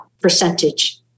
percentage